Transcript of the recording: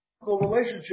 relationship